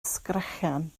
sgrechian